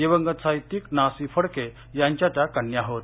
दिवंगत साहित्यिक ना सी फडके यांच्या त्या कन्या होत